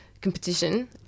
competition